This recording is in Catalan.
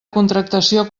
contractació